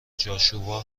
جاشوا